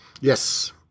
yes